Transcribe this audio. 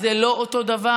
זה לא אותו דבר.